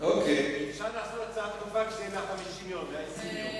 אפשר לעשות הצעה דחופה כשיהיו 150 יום, 120 יום.